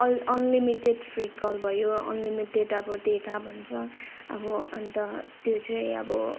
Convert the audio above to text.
all unlimited free call भयो unlimited अब data भन्छ अब अन्त त्यो चाहिँ अब